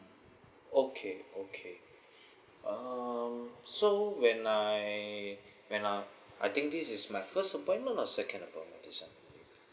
okay okay um so when I when I I think this is my first appointment or second appointment for me to sign the agreement